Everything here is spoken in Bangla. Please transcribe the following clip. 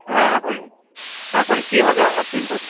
হ্যাঁ এখন এখন কী হবে আমার চুলটার